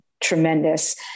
tremendous